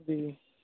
جی